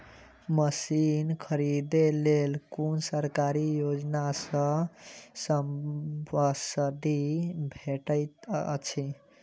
Machine खरीदे लेल कुन सरकारी योजना सऽ सब्सिडी भेटैत अछि?